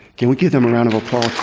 can we give them a round of applause,